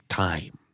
time